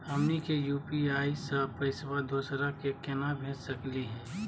हमनी के यू.पी.आई स पैसवा दोसरा क केना भेज सकली हे?